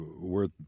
worth